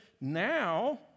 now